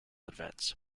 events